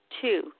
two